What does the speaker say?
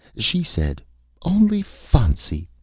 she said only fahncy!